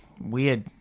Weird